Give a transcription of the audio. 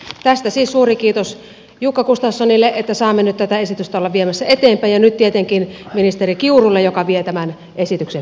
tästä siis suuri kiitos jukka gustafssonille että saamme nyt tätä esitystä olla viemässä eteenpäin ja nyt tietenkin ministeri kiurulle joka vie tämän esityksen finaaliin